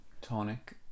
Tonic